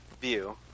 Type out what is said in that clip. view